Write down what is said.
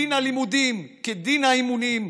דין הלימודים כדין האימונים.